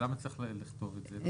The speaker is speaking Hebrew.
למה צריך לכתוב את זה?